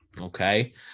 okay